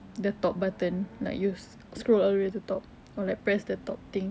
the top button like use scroll all the way to the top or like press the top thing